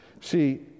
See